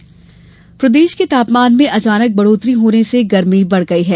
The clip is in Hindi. गर्मी प्रदेश के तापमान में अचानक बढ़ोत्तरी होने से गर्मी बढ़ गई है